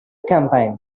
campaign